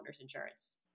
insurance